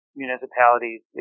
municipalities